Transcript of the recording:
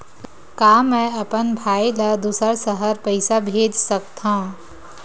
का मैं अपन भाई ल दुसर शहर पईसा भेज सकथव?